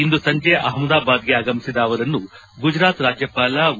ಇಂದು ಸಂಜೆ ಅಹ್ಮದಾಬಾದ್ಗೆ ಆಗಮಿಸಿದ ಅವರನ್ನು ಗುಜರಾತ್ ರಾಜ್ಯಪಾಲ ಒ